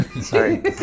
Sorry